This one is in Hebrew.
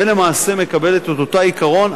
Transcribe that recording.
ולמעשה מקבלת את אותו עיקרון.